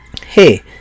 hey